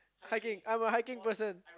hiking I'm a hiking person